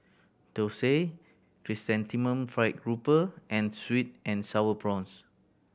Dosa Chrysanthemum Fried Grouper and sweet and Sour Prawns